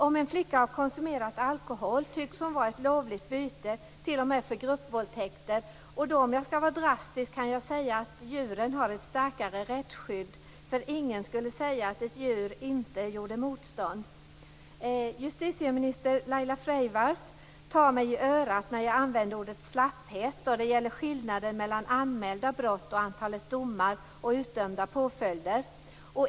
Om en flicka har konsumerat alkohol tycks hon vara ett lovligt byte t.o.m. för gruppvåldtäkter, och om jag då skall vara drastisk kan jag säga att djuren har ett starkare rättsskydd, för ingen skulle säga att ett djur inte gjorde motstånd. Justitieminister Laila Freivalds tar mig i örat när jag använder ordet slapphet då det gäller skillnaden mellan anmälda brott, antalet domar och utdömda påföljder.